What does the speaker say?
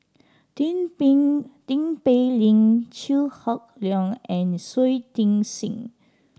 Tin Pei Tin Pei Ling Chew Hock Leong and Shui Tit Sing